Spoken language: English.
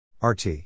RT